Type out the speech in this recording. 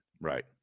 Right